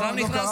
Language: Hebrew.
סתם נכנסתי.